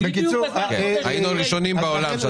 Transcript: היינו הראשונים בעולם.